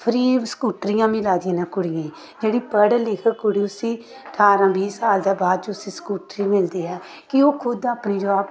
free स्कूटरियां मिला दियां न कुड़ियें गी जेह्ड़ी पढ़ग लिखग कुड़ी उस्सी ठारां बीह् साल दे बाद च उस्सी स्कूटरी मिलदी ऐ कि ओह् खुद अपनी जाब